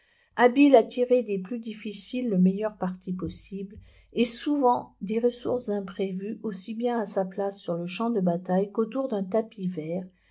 habile à tirer des plus difficiles le meilleur parti possible et souvent des ressources imprévues aussi bien à sa place sur le champ de bataille qu'autour d'un tapis vert